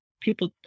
people